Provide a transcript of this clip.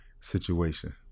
situation